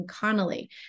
Connolly